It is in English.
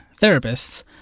therapists –